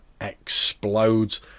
explodes